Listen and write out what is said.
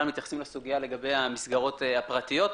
מתייחסים לסוגיה לגבי המסגרות הפרטיות.